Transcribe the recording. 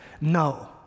No